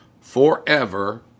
forever